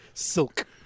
Silk